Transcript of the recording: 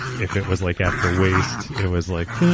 if it was like at her waist, it was like